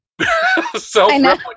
self-replicating